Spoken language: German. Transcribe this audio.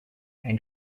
ein